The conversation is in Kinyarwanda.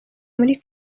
muri